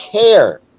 care